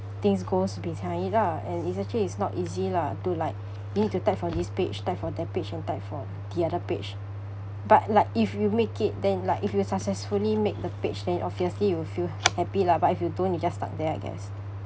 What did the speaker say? things goes behind it ah and it's actually it's not easy lah to like you need to type for this page type for that page and type for the other page but like if you make it then like if you successfully make the page then obviously you will feel happy lah but if you don't you're just stuck there I guess